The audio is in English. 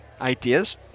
ideas